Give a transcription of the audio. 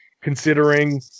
considering